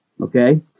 Okay